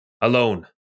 alone